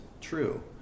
true